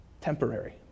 temporary